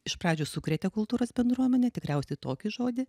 iš pradžių sukrėtė kultūros bendruomenę tikriausiai tokį žodį